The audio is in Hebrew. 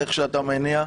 ואיך שאתה מניע.